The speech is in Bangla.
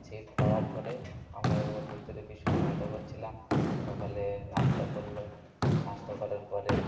সিট পাওয়ার পরে আমরা ওর ভিতরে ভীষণ মজা করছিলাম সকালে নাস্তা করল নাস্তা করার পরে